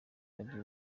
ari